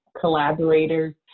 collaborators